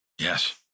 Yes